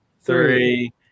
three